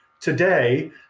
today